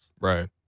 right